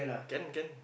can can